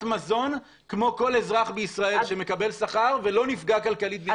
המזון כמו כל אזרח בישראל שמקבל שכר ולא נפגע כלכלית.